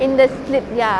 in the slip ya